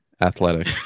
athletic